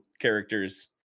characters